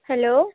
hello